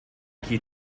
qui